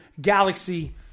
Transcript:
Galaxy